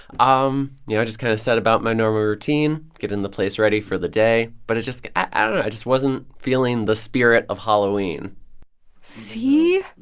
um you know, i just kind of set about my normal routine, getting the place ready for the day. but it just i don't know. i just wasn't feeling the spirit of halloween see?